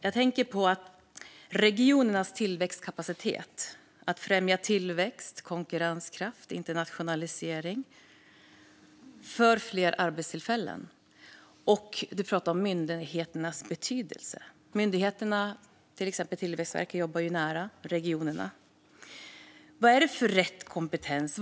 Jag tänker på regionernas tillväxtkapacitet, att främja tillväxt, konkurrenskraft och internationalisering för fler arbetstillfällen. Isak From pratade om myndigheternas betydelse, och myndigheterna, till exempel Tillväxtverket, jobbar ju nära regionerna. Vad är rätt kompetens?